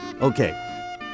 Okay